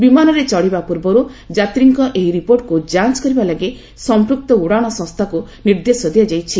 ବିମାନରେ ଚଢ଼ିବା ପୂର୍ବରୁ ଯାତ୍ରୀଙ୍କ ଏହି ରିପୋର୍ଟକୁ ଯାଞ୍ଚ କରିବାଲାଗି ସଂପୂକ୍ତ ଉଡ଼ାଣ ସଂସ୍ଥାକୁ ନିର୍ଦ୍ଦେଶ ଦିଆଯାଇଛି